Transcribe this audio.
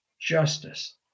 justice